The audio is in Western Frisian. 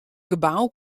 gebou